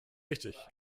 richtig